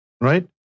Right